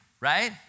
Right